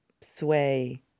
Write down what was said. sway